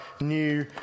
new